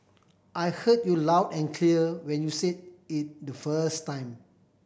I heard you loud and clear when you said it the first time